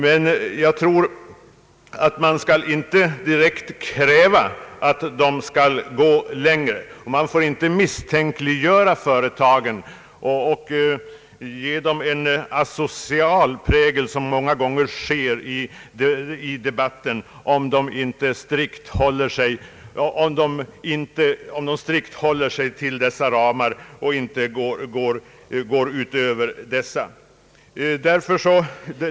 Jag anser dock att man inte direkt kan kräva detta. Man får inte misstänkliggöra företagen och ge dem en asocial prägel, vilket många gånger sker i debatten, om de håller sig till de ramar som är uppdragna för ansvarsfördelningen.